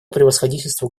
превосходительству